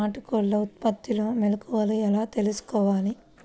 నాటుకోళ్ల ఉత్పత్తిలో మెలుకువలు ఎలా తెలుసుకోవాలి?